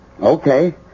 Okay